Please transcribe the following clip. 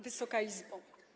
Wysoka Izbo!